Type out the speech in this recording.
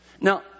Now